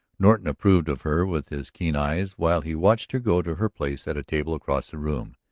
norton approved of her with his keen eyes while he watched her go to her place at a table across the room.